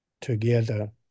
together